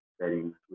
settings